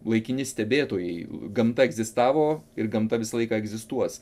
laikini stebėtojai gamta egzistavo ir gamta visą laiką egzistuos